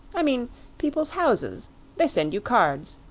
i mean people's houses they send you cards.